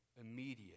immediate